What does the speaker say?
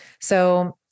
So-